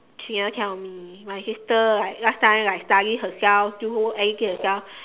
she never tell me my sister like last time like study herself do everything herself